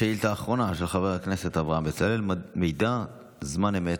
שאילתה אחרונה של חבר הכנסת אברהם בצלאל: מידע זמן אמת,